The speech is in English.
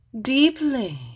deeply